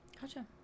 Gotcha